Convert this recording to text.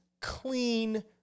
clean